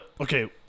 Okay